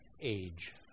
age